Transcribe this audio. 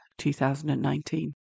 2019